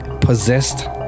possessed